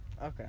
okay